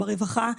ברווחה,